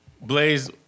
Blaze